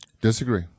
Disagree